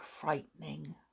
frightening